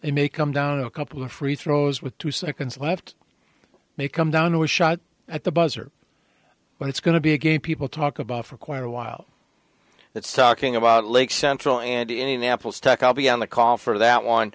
it may come down to a couple of free throws with two seconds left may come down to a shot at the buzzer well it's going to be a gay people talk about for quite a while that's talking about lake central and indianapolis tech i'll be on the call for that one